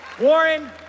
Warren